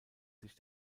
sich